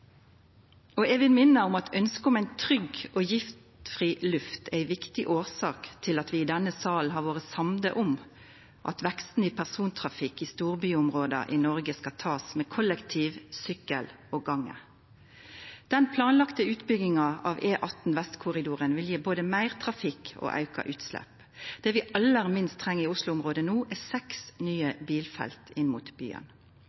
Eg vil minna om at ønsket om ei trygg og giftfri luft er ei viktig årsak til at vi i denne salen har vore samde om at veksten i persontrafikken i storbyområda i Noreg skal ein ta med kollektiv, sykkel og gange. Den planlagde utbygginga av E18 Vestkorridoren vil gje både meir trafikk og auka utslepp. Det vi aller minst treng i Oslo-området no, er seks